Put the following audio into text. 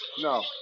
No